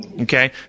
Okay